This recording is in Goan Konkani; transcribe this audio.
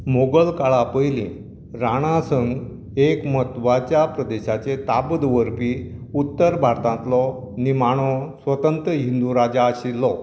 मोगल काळा पयलीं राणा संग एक म्हत्वाच्या प्रदेशाचेर ताब् दवरपी उत्तर भारतांतलो निमाणो स्वतंत्र हिंदू राजा आशिल्लो